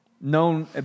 Known